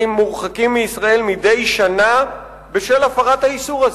מורחקים מישראל מדי שנה בשל הפרת האיסור הזה,